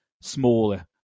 smaller